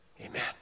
Amen